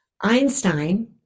Einstein